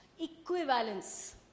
equivalence